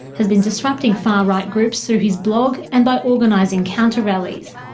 has been disrupting far-right groups through his blog and by organising counter-rallies.